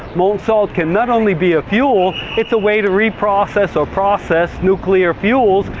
molten salt can not only be a fuel, it's a way to reprocess or process nuclear fuels,